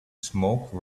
smoke